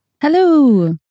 Hello